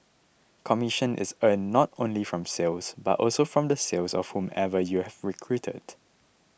commission is earned not only from sales but also from the sales of whomever you've recruited